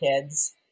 kids